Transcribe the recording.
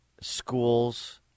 schools